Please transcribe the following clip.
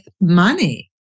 money